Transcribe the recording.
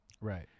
Right